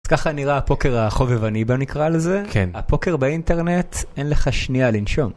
אז ככה נראה הפוקר החובבני בוא נקרא לזה? כן. הפוקר באינטרנט, אין לך שנייה לנשום.